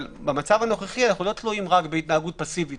במצב הנוכחי אנחנו לא תלויים רק בהתנהגות פסיבית